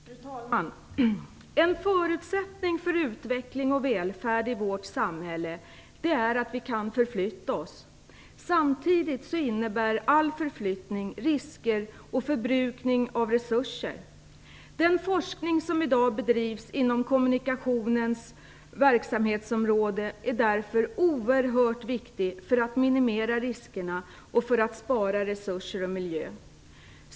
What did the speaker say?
Fru talman! En förutsättning för utveckling och välfärd i vårt samhälle är att vi kan förflytta oss. All förflyttning innebär samtidigt risker och förbrukning av resurser. Den forskning som bedrivs i dag inom kommunikationens verksamhetsområde är därför oerhört viktig för att minimera riskerna och för att spara resurser och miljö.